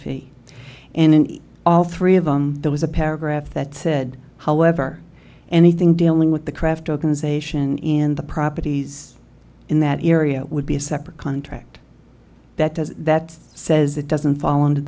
fifty and in all three of them there was a paragraph that said however anything dealing with the kraft organization in the properties in that area would be a separate contract that does that says it doesn't fall under